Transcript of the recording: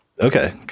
Okay